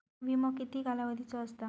विमो किती कालावधीचो असता?